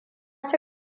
ci